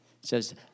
says